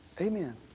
Amen